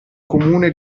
comune